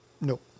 Nope